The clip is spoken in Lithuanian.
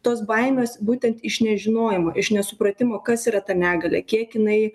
tos baimės būtent iš nežinojimo iš nesupratimo kas yra ta negalia kiek jinai